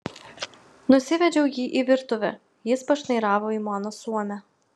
nusivedžiau jį į virtuvę jis pašnairavo į mano suomę